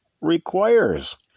requires